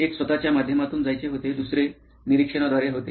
एक स्वत च्या माध्यमातून जायचे होते दुसरे निरीक्षणाद्वारे होते